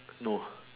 no